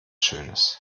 schönes